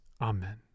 Amen